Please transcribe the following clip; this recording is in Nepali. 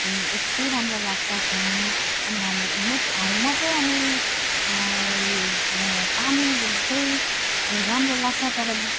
यति राम्रो लाग्छ खेल्नु अनि हामी म चाहिँ हामी म चाहिँ अनि पानी चाहिँ ए राम्रो लाग्छ तर